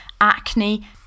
acne